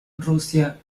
rusia